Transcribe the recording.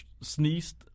sneezed